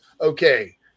okay